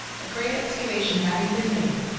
a great excavation having been made,